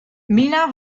mila